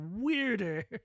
weirder